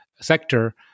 sector